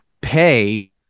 pay